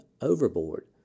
overboard